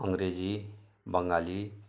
Angrezi Bengali